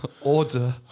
Order